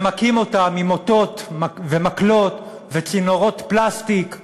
ומכים אותם עם מוטות ומקלות וצינורות פלסטיק,